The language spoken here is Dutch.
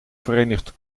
verenigd